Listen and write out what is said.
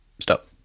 stop